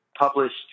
published